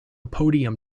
podium